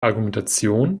argumentation